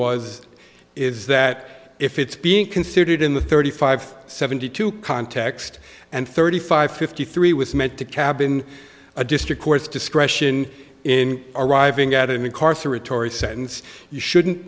was is that if it's being considered in the thirty five seventy two context and thirty five fifty three was meant to cab in a district courts discretion in arriving at mcarthur retore sentence you shouldn't